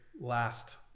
last